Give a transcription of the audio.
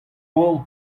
anv